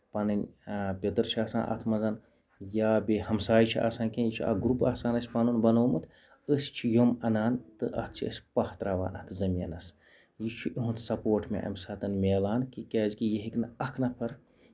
پَنٕنۍ پیتٔر چھِ آسان اَتھ منٛز یا بیٚیہِ ہَمسایہِ چھِ آسان کیٚنہہ یہِ چھُ اکھ گرُپ آسان اَسہِ پَنُن بَنوومُت أسۍ چھِ یِم اَنان تہٕ اَتھ چھِ أسۍ پہہ تراوان اَتھ زٔمیٖنَس یہِ چھُ یِہُند سَپوٹ مےٚ اَمہِ ساتہٕ مِلان کہِ کیازِ کہِ یہِ ہٮ۪کہِ نہٕ اکھ نَفر